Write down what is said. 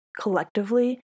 collectively